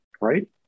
right